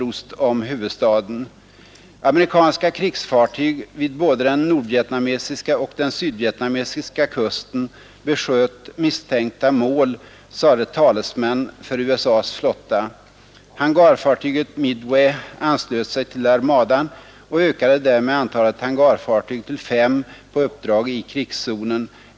Amerikanska krigsfartyg vid både den nordvietnamesiska och den sydvietnamesiska kusten besköt misstänkta mål, sade talesmän för USA:s flotta. Hangarfartyget Midway anslöt sig till armadan och ökade därmed antalet hangarfartyg till fem på uppdrag i krigszonen.